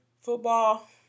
Football